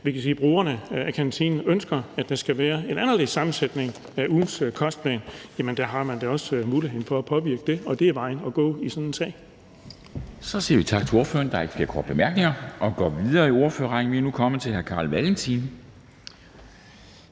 vi kan sige, at brugerne af kantinen ønsker, at der skal være en anderledes sammensætning af ugens kostplan, har man da også muligheden for at påvirke det. Og det er vejen at gå i sådan en sag. Kl. 16:05 Formanden (Henrik Dam Kristensen): Så siger vi tak til ordføreren. Der er ikke flere korte bemærkninger. Vi går videre i ordførerrækken, og vi er nu kommet til hr. Carl Valentin,